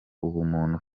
ubumuntu